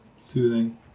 soothing